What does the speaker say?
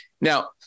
Now